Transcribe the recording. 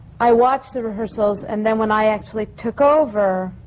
i watched the rehearsals, and then when i actually took over,